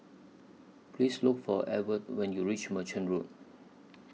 Please Look For Edw when YOU REACH Merchant Road